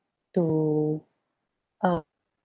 to um